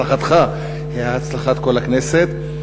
הצלחתך היא הצלחת כל הכנסת.